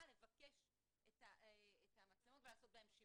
לבקש את המצלמות ולעשות בהן שימוש.